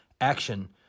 action